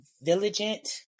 vigilant